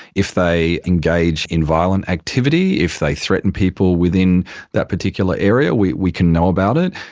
if they engage in violent activity, if they threaten people within that particular area we we can know about it.